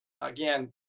again